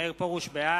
(קורא בשמות חברי הכנסת) מאיר פרוש, בעד